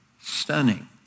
Stunning